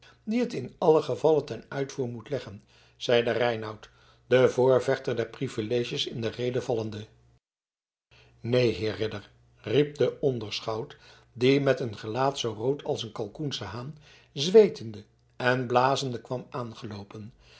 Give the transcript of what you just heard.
die het in allen gevalle ten uitvoer moet leggen zeide reinout den voorvechter der privileges in de rede vallende neen heer ridder riep de onderschout die met een gelaat zoo rood als een kalkoensche haan zweetende en blazende kwam aangeloopen